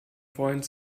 freund